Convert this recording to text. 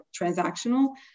transactional